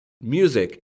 music